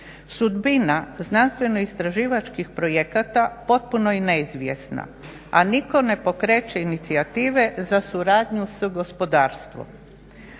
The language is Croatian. Sudbina znanstveno-istraživačkih projekata potpuno je neizvjesna, a nitko ne pokreće inicijative za suradnju s gospodarstvom.